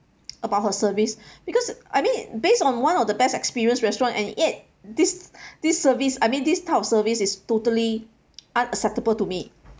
about her service because I mean based on one of the best experience restaurant and yet this this service I mean this type of service is totally unacceptable to me